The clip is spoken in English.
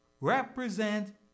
represent